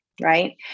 Right